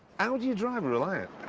how do you drive a reliant?